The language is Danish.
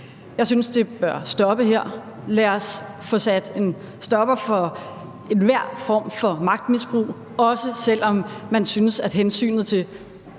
Jeg synes, det bør stoppe her; lad os få sat en stopper for enhver form for magtmisbrug, også selv om man synes, at hensynet til